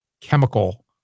chemical